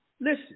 Listen